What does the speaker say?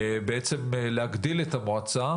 להגדיל את המועצה